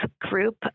group